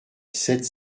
sept